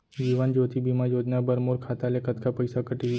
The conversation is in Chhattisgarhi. जीवन ज्योति बीमा योजना बर मोर खाता ले कतका पइसा कटही?